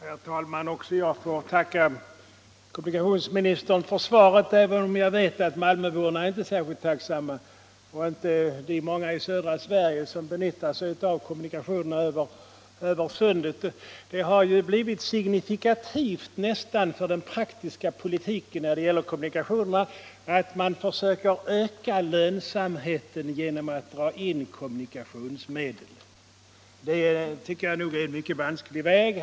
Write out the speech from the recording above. Herr talman! Också jag får tacka kommunikationsministern för svaret även om jag vet att malmöborna inte är särkilt tacksamma och inte de många i södra Sverige som nyttjar kommunikationerna över Sundet. Det har ju blivit nästan signifikativt för den praktiska politiken när det gäller kommunikationer att man försöker öka lönsamheten genom att dra in kommunikationsmedel. Det tycker jag nog är en mycket vansklig väg.